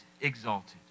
exalted